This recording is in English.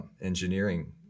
engineering